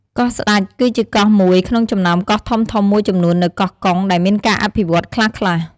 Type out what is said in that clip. កោះស្តេច គឺជាកោះមួយក្នុងចំណោមកោះធំៗមួយចំនួននៅកោះកុង ដែលមានការអភិវឌ្ឍន៍ខ្លះៗ។